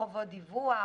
חובות דיווח,